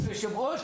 אתה יושב ראש,